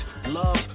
love